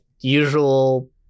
usual